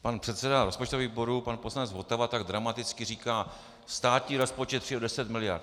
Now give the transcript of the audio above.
Pan předseda rozpočtového výboru, pan poslanec Votava, tak dramaticky říká: Státní rozpočet přijde o deset miliard.